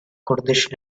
kurdish